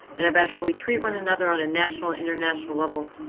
and about how we treat one another on a national international level,